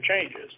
changes